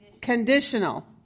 Conditional